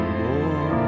more